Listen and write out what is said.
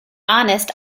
honest